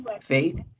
faith